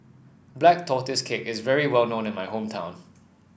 Black Tortoise Cake is very well known in my hometown